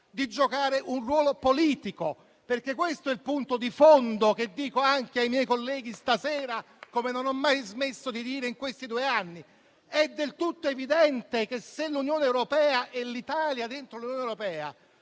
di giocare un ruolo politico. Questo è il punto di fondo che dico anche ai miei colleghi stasera, come non ho mai smesso di dire negli ultimi due anni. È del tutto evidente che, se l'Unione europea e l'Italia dentro l'Unione europea